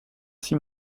six